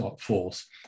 force